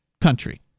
country